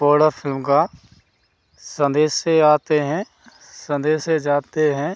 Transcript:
सोरो फ़िल्म का संदेशे आते हैं संदेशे जाते हैं